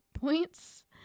points